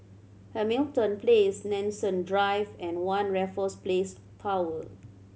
Hamilton Place Nanson Drive and One Raffles Place Tower